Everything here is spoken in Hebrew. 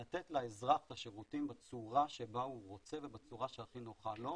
לתת לאזרח את השירותים בצורה שבה הוא רוצה ובצורה שהכי נוחה לו.